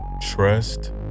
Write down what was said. trust